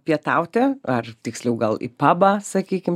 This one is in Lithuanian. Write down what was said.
pietauti ar tiksliau gal į pabą sakykim